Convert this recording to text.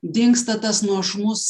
dingsta tas nuožmus